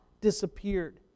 disappeared